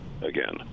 again